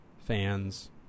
fans